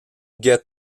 get